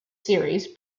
series